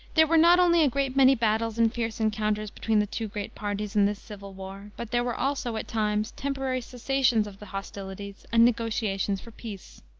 there were not only a great many battles and fierce encounters between the two great parties in this civil war, but there were also, at times, temporary cessations of the hostilities, and negotiations for peace.